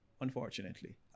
Unfortunately